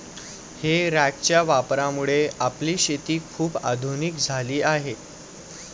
हे रॅकच्या वापरामुळे आपली शेती खूप आधुनिक झाली आहे